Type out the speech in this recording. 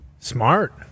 smart